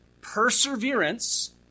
perseverance